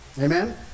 Amen